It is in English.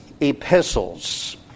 epistles